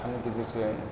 नि गेजेरजों